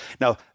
now